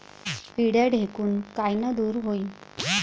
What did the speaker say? पिढ्या ढेकूण कायनं दूर होईन?